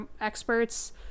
experts